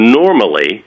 normally